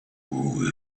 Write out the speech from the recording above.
who